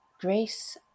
Grace